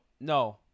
no